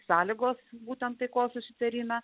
sąlygos būtent taikos susitarime